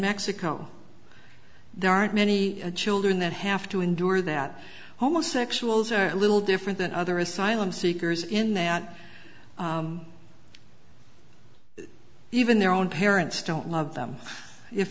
mexico there aren't many children that have to endure that homosexuals are a little different than other asylum seekers in that even their own parents don't love them if